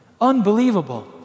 Unbelievable